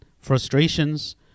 frustrations